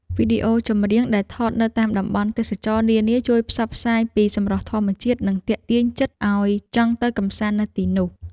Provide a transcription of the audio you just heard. វីដេអូចម្រៀងដែលថតនៅតាមតំបន់ទេសចរណ៍នានាជួយផ្សព្វផ្សាយពីសម្រស់ធម្មជាតិនិងទាក់ទាញចិត្តឱ្យចង់ទៅកម្សាន្តនៅទីនោះ។